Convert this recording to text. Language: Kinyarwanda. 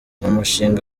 umushinga